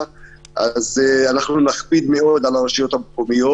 אז נכביד מאוד על הרשויות המקומיות.